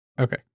okay